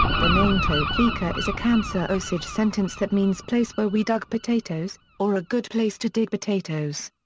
the name topeka is a kansa-osage sentence that means place where we dug potatoes or a good place to dig potatoes.